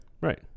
Right